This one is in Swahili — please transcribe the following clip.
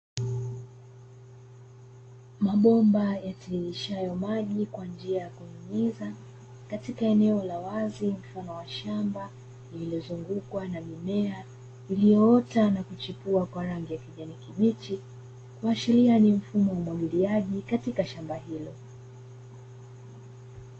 Mabomba yatiririshayo maji kwa njia ya kunyunyiza katika eneo la wazi mfano wa shamba lililo zungukwa na mimea iliyoota na kuchipua kwa rangi ya kijani kibichi kuashiria ni mfumo wa umwagiliaji katika shamba hilo.